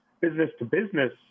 business-to-business